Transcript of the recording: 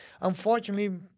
unfortunately